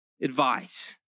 advice